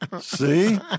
See